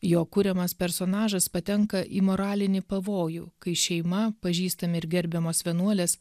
jo kuriamas personažas patenka į moralinį pavojų kai šeima pažįstami ir gerbiamos vienuolės